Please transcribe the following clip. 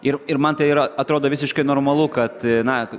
ir ir man tai yra atrodo visiškai normalu kad na